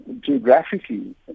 geographically